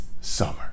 summer